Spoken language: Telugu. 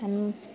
అను